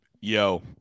yo